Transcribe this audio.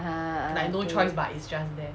ah ah ah